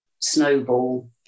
snowball